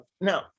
Now